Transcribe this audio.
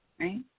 right